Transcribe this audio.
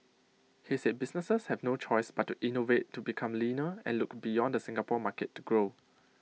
he said businesses have no choice but to innovate to become leaner and look beyond the Singapore market to grow